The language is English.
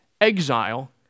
exile